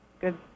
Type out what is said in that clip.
good